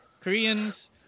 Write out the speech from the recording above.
Koreans